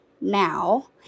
now